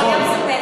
הוא היה מספר.